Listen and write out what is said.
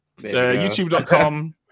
YouTube.com